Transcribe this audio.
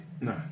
No